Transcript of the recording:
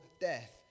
death